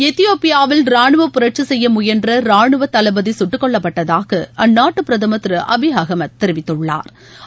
எத்தியோப்பியாவில் ரானுவப் புரட்சி செய்ய முயன்ற ரானுவத் தளபதி சுட்டுக்கொல்லப்பட்டதாக அந்நாட்டு பிரதமர் திரு அபி அகமத் தெரிவித்துள்ளாா்